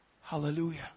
Hallelujah